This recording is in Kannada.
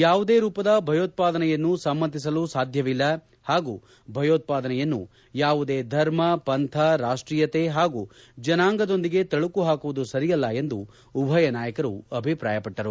ಯಾವುದೇ ರೂಪದ ಭಯೋತ್ಪಾದನೆಯನ್ನು ಸಮ್ಮತಿಸಲು ಸಾಧ್ಯವಿಲ್ಲ ಹಾಗೂ ಭಯೋತ್ಪಾದನೆಯನ್ನು ಯಾವುದೇ ಧರ್ಮ ಪಂಥ ರಾಷ್ಟೀಯತೆ ಹಾಗೂ ಜನಾಂಗದೊಂದಿಗೆ ತಳುಕು ಹಾಕುವುದು ಸರಿಯಲ್ಲ ಎಂದು ಉಭಯ ನಾಯಕರು ಅಭಿಪ್ರಾಯಪಟ್ಟರು